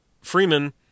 Freeman